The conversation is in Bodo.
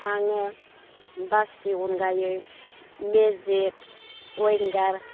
आङो बासनि अनगायै मेजिक वेंगार